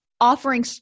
offering